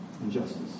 Injustice